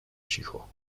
cicho